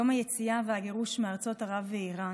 יום היציאה והגירוש מארצות ערב ומאיראן.